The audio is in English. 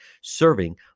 serving